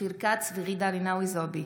אופיר כץ וג'ידא רינאוי זועבי